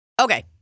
Okay